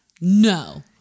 No